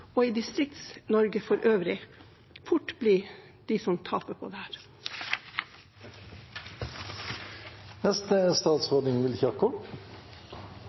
og i Distrikts-Norge for øvrig, fort bli de som taper på